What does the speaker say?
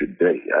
today